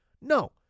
No